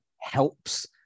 helps